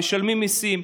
משלמים מיסים,